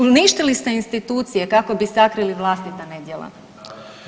Uništili ste institucije kako bi sakrili vlastita nedjela.